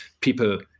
people